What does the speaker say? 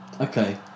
okay